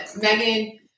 Megan